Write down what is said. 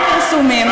כך היה בפרסומים,